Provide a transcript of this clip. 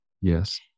Yes